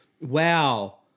wow